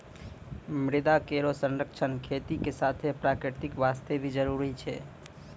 मृदा केरो संरक्षण खेती के साथें प्रकृति वास्ते भी जरूरी छै